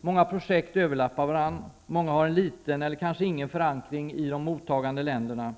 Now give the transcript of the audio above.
Många projekt överlappar varandra och många har liten eller ingen förankring i de mottagande länderna.